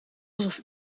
alsof